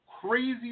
crazy